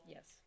Yes